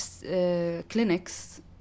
clinics